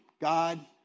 God